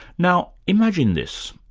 now imagine this.